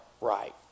right